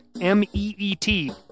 M-E-E-T